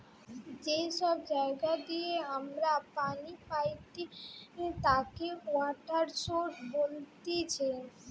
যে সব জায়গা দিয়ে আমরা পানি পাইটি তাকে ওয়াটার সৌরস বলতিছে